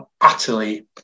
utterly